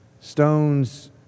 Stones